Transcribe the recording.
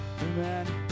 Amen